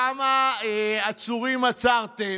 כמה עצורים עצרו.